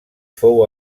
fou